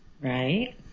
Right